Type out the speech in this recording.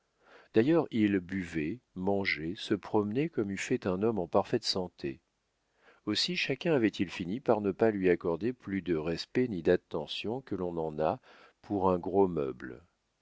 d'ailleurs il buvait mangeait se promenait comme eût fait un homme en parfaite santé aussi chacun avait-il fini par ne pas lui accorder plus de respect ni d'attention que l'on n'en a pour un gros meuble